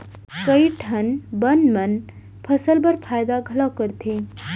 कई ठन बन मन फसल बर फायदा घलौ करथे